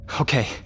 Okay